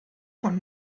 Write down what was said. von